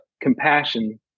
compassion